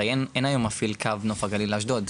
הרי אין היום מפעיל קו נוף הגליל-אשדוד.